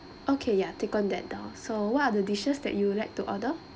okay ya taken that down so what are the dishes that you would like to order